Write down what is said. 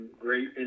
great